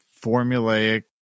formulaic